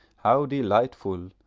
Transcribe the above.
how delightful!